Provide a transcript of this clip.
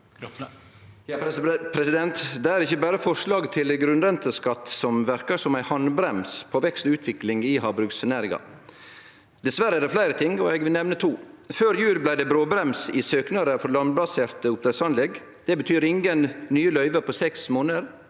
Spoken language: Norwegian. Det er ikkje berre forsla- get til grunnrenteskatt som verkar som ei handbremse på vekst og utvikling i havbruksnæringa. Dessverre er det fleire ting, og eg vil nemne to. Før jul blei det bråbrems i søknader for landbaserte oppdrettsanlegg. Det betyr ingen nye løyve på seks månader,